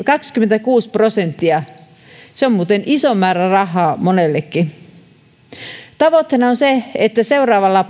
kaksikymmentäkuusi prosenttia se on muuten iso määrä rahaa monellekin tavoitteena on se että seuraavalla